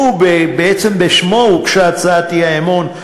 שבעצם בשמו הוגשה הצעת האי-אמון,